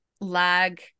lag